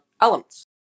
Elements